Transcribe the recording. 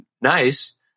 nice